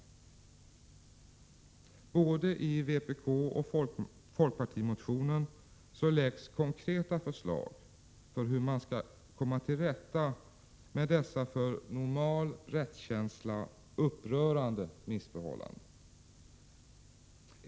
I både vpkoch folkpartimotionen läggs konkreta förslag för hur man skall rätta till dessa för normal rättskänsla upprörande missförhållanden.